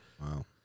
Wow